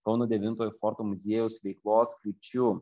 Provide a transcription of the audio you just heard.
kauno devintojo forto muziejaus veiklos krypčių